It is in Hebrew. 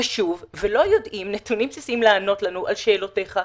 ושוב ולא יודעים נתונים בסיסיים לענות לנו על שאלותיך,